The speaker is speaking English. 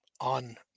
on